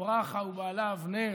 יסכה ברכה ובעלה אבנר,